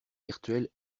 virtuelles